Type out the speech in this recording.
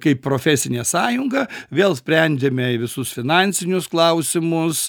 kaip profesinė sąjunga vėl sprendėme visus finansinius klausimus